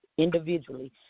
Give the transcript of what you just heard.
individually